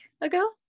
ago